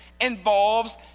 involves